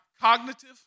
cognitive